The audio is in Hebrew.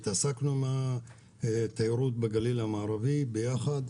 התעסקנו עם התיירות בגליל המערבי יחד,